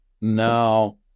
now